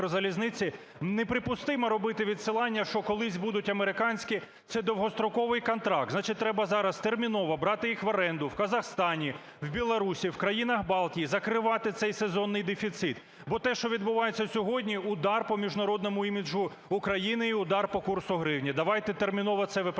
неприпустимо робити відсилання, що колись будуть американські, це довгостроковий контракт. Значить, треба зараз терміново брати їх в оренду в Казахстані, в Білорусії, в країнах Балтії, закривати цей сезонний дефіцит. Бо те, що відбувається сьогодні, – удар по міжнародному іміджу України і удар по курсу гривні. Давайте терміново це виправляти.